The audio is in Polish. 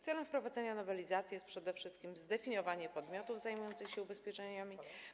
Celem wprowadzenia nowelizacji jest przede wszystkim zdefiniowanie podmiotów zajmujących się ubezpieczeniami.